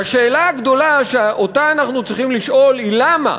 והשאלה הגדולה שאנחנו צריכים לשאול היא, למה?